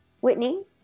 Whitney